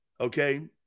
Okay